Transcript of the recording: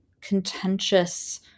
contentious